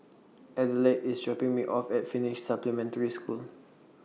Adelaide IS dropping Me off At Finnish Supplementary School